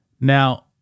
Now